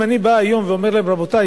אם אני בא היום ואומר להם: רבותי,